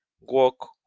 walk